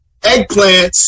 eggplants